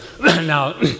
Now